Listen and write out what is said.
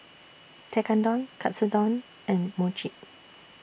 Tekkadon Katsudon and Mochi